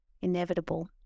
inevitable